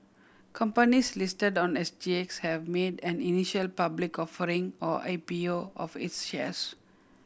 companies listed on S G X have made an initial public offering or I P U of its shares